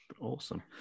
awesome